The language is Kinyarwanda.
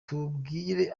tubwire